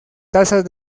tasas